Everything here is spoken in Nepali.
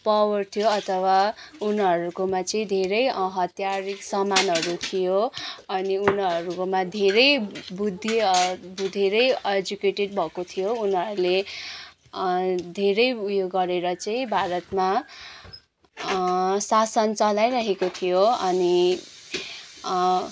पावर थियो अथवा उनीहरूकोमा चाहिँ धेरै हतियारिक सामानहरू थियो अनि उनीहरूकोमा धेरै बुद्धि धेरै एजुकेटेड भएको थियो उनीहरूले धेरै उयो गरेर चाहिँ भारतमा शासन चलाइरहेको थियो अनि